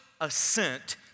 assent